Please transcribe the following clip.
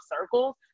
circles